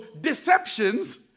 deceptions